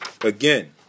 Again